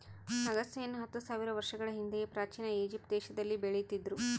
ಅಗಸೆಯನ್ನು ಹತ್ತು ಸಾವಿರ ವರ್ಷಗಳ ಹಿಂದೆಯೇ ಪ್ರಾಚೀನ ಈಜಿಪ್ಟ್ ದೇಶದಲ್ಲಿ ಬೆಳೀತಿದ್ರು